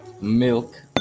Milk